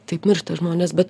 taip miršta žmonės bet